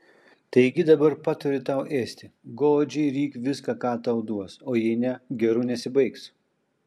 taigi dabar patariu tau ėsti godžiai ryk viską ką tau duos o jei ne geru nesibaigs